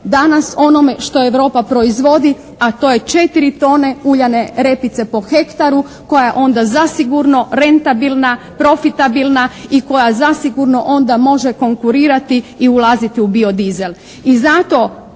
danas onome što Europa proizvodi, a to je 4 tone uljane repice po hektaru koje onda zasigurno rentabilna, profitabilna i koja zasigurno onda može konkurirati i ulaziti u biodizel.